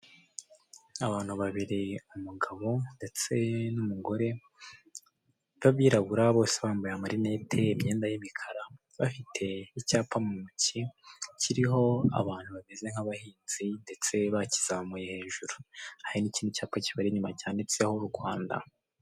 Abantu babiri umugabo ndetse n'umugore b'abirabura bose bambaye amarinete imyenda y'ibikara bafite icyapa mu ntoki kiriho abantu bameze nk'abahinzi ndetse bakizamuye hejuru ahana n'ikindi cyapa kibari inyuma cyanditseho u Rwanda.